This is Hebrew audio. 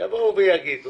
יבואו ויגידו: